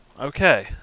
Okay